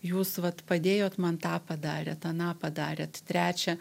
jūs vat padėjot man tą padarėt aną padarėt trečią